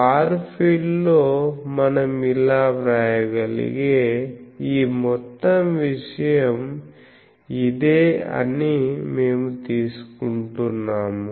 far field లో మనం ఇలా వ్రాయగలిగే ఈ మొత్తం విషయం ఇదే అని మేము తీసుకుంటున్నాము